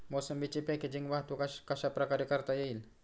मोसंबीची पॅकेजिंग वाहतूक कशाप्रकारे करता येईल?